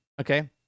okay